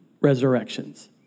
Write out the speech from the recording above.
resurrections